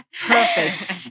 Perfect